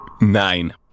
Nine